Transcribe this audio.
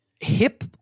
hip